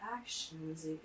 actions